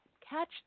Catch